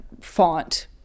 font